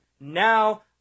Now